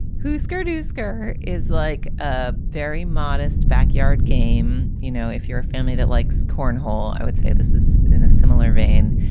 who scared to scurr is like a very modest backyard game you know, if you're a family that likes cornhole, i would say this is in a similar vein.